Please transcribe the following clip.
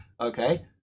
Okay